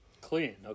Clean